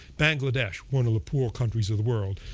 bangladesh, one of the poorer countries of the world,